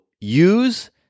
use